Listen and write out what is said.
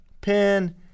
Pin